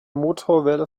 motorwelle